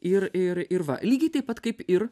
ir ir ir va lygiai taip pat kaip ir